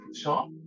shop